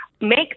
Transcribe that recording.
make